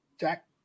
Jack